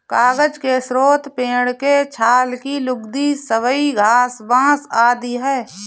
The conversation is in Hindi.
कागज के स्रोत पेड़ के छाल की लुगदी, सबई घास, बाँस आदि हैं